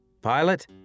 Pilot